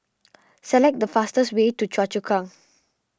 select the fastest way to Choa Chu Kang